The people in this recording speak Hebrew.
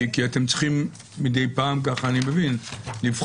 הרבה זוכים נתקלים בבעיה לפעול והם לא פועלים ולא רוצים להוציא